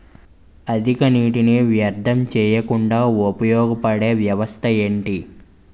అధిక నీటినీ వ్యర్థం చేయకుండా ఉపయోగ పడే వ్యవస్థ ఏంటి